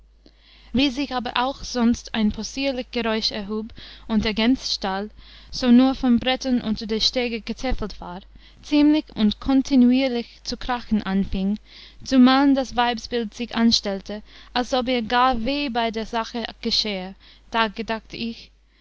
wie sich aber auch sonst ein possierlich geräusch erhub und der gänsstall so nur von brettern unter die stege getäfelt war ziemlich und kontinuierlich zu krachen anfieng zumaln das weibsbild sich anstellete als ob ihr gar weh bei der sache geschähe da gedachte ich